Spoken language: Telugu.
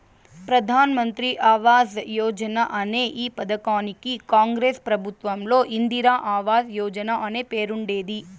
ప్రధాన్ మంత్రి ఆవాస్ యోజన అనే ఈ పథకానికి కాంగ్రెస్ ప్రభుత్వంలో ఇందిరా ఆవాస్ యోజన అనే పేరుండేది